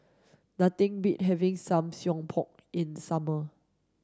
nothing beats having Samgeyopsal in the summer